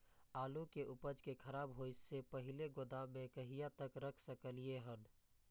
आलु के उपज के खराब होय से पहिले गोदाम में कहिया तक रख सकलिये हन?